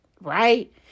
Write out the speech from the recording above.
right